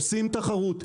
עושים תחרות.